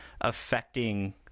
affecting